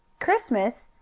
christmas?